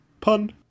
Pun